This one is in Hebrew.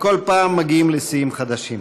וכל פעם מגיעים לשיאים חדשים.